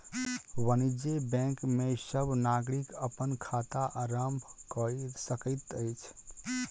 वाणिज्य बैंक में सब नागरिक अपन खाता आरम्भ कय सकैत अछि